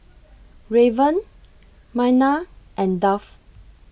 Raven Myrna and Duff